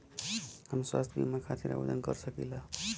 हम स्वास्थ्य बीमा खातिर आवेदन कर सकीला?